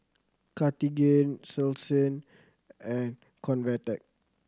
Cartigain Selsun and Convatec